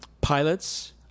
pilots